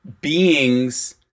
beings